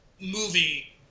Movie